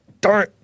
Darn